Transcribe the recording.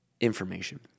information